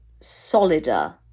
solider